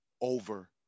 over